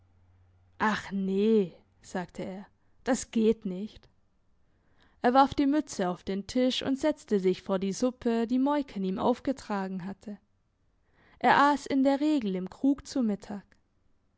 ach nee sagte er das geht nicht er warf die mütze auf den tisch und setzte sich vor die suppe die moiken ihm aufgetragen hatte er ass in der regel im krug zu mittag